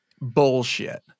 Bullshit